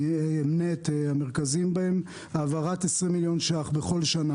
אמנה את המרכזיים בהם: העברת 20 מיליון ₪ כל שנה